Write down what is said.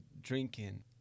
drinking